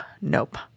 nope